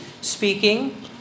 speaking